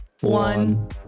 one